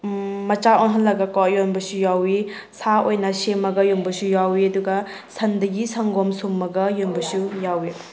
ꯃꯆꯥ ꯑꯣꯜꯍꯜꯂꯒꯀꯣ ꯌꯣꯟꯕꯁꯨ ꯌꯥꯎꯏ ꯁꯥ ꯑꯣꯏꯅ ꯁꯦꯝꯃꯒ ꯌꯣꯟꯕꯁꯨ ꯌꯥꯎꯏ ꯑꯗꯨꯒ ꯁꯟꯗꯒꯤ ꯁꯪꯒꯣꯝ ꯁꯨꯝꯃꯒ ꯌꯣꯟꯕꯁꯨ ꯌꯥꯎꯏ